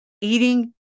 eating